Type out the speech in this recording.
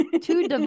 two